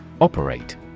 Operate